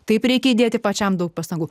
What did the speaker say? tai reikia įdėti pačiam daug pastangų